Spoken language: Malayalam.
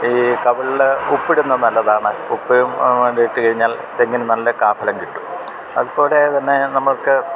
ഈ കവിളിൽ ഉപ്പിടുന്ന നല്ലതാണ് ഉപ്പും കൂടെ ഇട്ട് കഴിഞ്ഞാൽ തെങ്ങിന് നല്ല കായ് ഫലം കിട്ടും അതുപോലെ തന്നെ നമ്മൾക്ക്